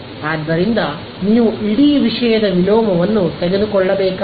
ಆದ್ದರಿಂದ ನೀವು ಇಡೀ ವಿಷಯದ ವಿಲೋಮವನ್ನು ತೆಗೆದುಕೊಳ್ಳಬೇಕಾಗಿಲ್ಲ